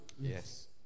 Yes